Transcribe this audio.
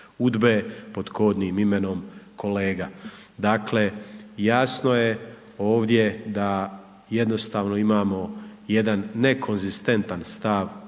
UDBE pod kodnim imenom kolega. Dakle, jasno je ovdje da jednostavno imamo jedan nekonzistentan stav HDZ-a